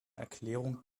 erklärung